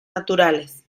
naturales